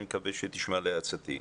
אני מקווה שתשמע לעצתי,